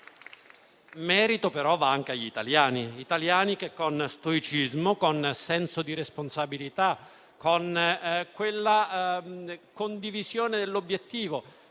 Merito, però, va anche agli italiani, che con stoicismo, con senso di responsabilità, con quella condivisione dell'obiettivo